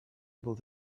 able